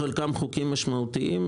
אגב, חלקם חוקים משמעותיים.